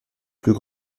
plus